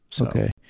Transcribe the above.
Okay